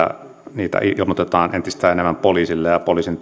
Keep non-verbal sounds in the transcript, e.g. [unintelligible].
niitä ilmoitetaan entistä enemmän poliisille ja poliisin [unintelligible]